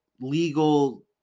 legal